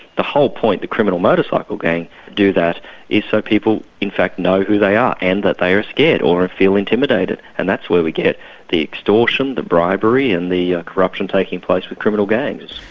the whole point. the criminal motorcycle gang do that is so people in fact know who they are, and that they are scared or feel intimidated, and that's where we get the extortion, the bribery and the corruption taking place with criminal gangs.